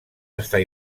estar